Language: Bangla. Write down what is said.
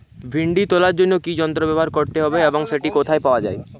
ভিন্ডি তোলার জন্য কি যন্ত্র ব্যবহার করতে হবে এবং সেটি কোথায় পাওয়া যায়?